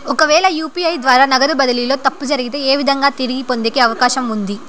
ఒకవేల యు.పి.ఐ ద్వారా నగదు బదిలీలో తప్పు జరిగితే, ఏ విధంగా తిరిగి పొందేకి అవకాశం ఉంది?